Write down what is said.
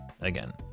again